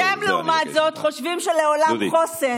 אתם, לעומת זאת, חושבים שלעולם חוסן.